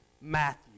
Matthew